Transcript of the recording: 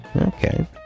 Okay